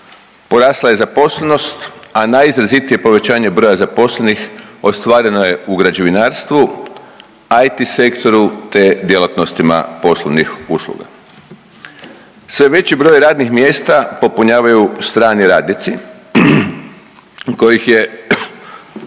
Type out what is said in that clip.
Porasla je zaposlenost, a najizrazitije povećanje broja zaposlenih ostvareno je u građevinarstvu, IT sektoru te djelatnostima poslovnih usluga. Sve veći broj radnih mjesta popunjavaju strani radnici, kojih je,